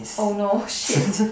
oh no shit